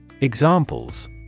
Examples